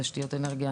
תשתיות אנרגיה